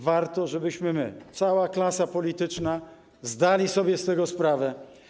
Warto, żebyśmy my, cała klasa polityczna, zdali sobie z tego sprawę.